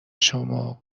شما